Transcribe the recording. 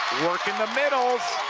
working the middles.